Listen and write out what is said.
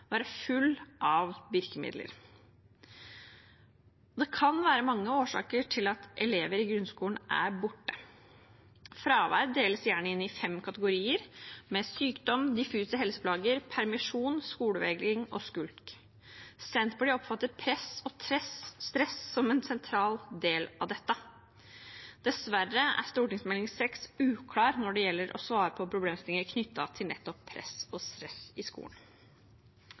være full av virkemidler. Det kan være mange årsaker til at elever i grunnskolen er borte. Fravær deles gjerne inn i fem kategorier: sykdom, diffuse helseplager, permisjon, skolevegring og skulk. Senterpartiet oppfatter press og stress som en sentral del av dette. Dessverre er Meld. St. 6 uklar når det gjelder å svare på problemstillinger knyttet til nettopp press og stress i skolen.